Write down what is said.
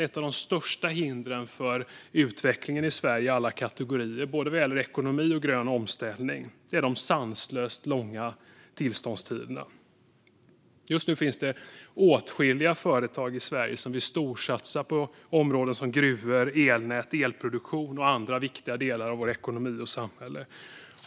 Ett av de största hindren för utvecklingen i alla kategorier inom både ekonomi och grön omställning är de sanslöst långa tillståndstiderna. Just nu finns åtskilliga företag som vill storsatsa på gruvor, elnät, elproduktion och andra viktiga delar av vår ekonomi och vårt samhälle.